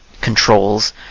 controls